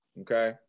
okay